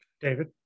David